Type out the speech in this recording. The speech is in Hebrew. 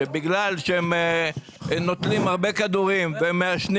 שבגלל שהם נוטלים הרבה כדורים והם מעשנים